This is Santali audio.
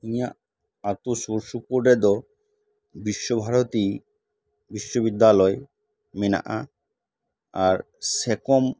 ᱤᱧᱟᱹᱜ ᱟᱛᱳ ᱥᱩᱨ ᱥᱩᱯᱩᱨ ᱨᱮᱫᱚ ᱵᱤᱥᱥᱚ ᱵᱷᱟᱨᱚᱛᱤ ᱵᱤᱥᱥᱚ ᱵᱤᱫᱽᱫᱟᱞᱚᱭ ᱢᱮᱱᱟᱜᱼᱟ ᱟᱨ ᱥᱮᱠᱚᱢ